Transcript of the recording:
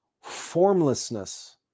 formlessness